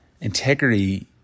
Integrity